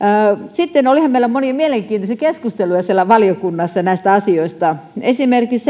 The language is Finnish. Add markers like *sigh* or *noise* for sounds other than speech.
sitten olihan meillä monia mielenkiintoisia keskusteluja siellä valiokunnassa näistä asioista esimerkiksi *unintelligible*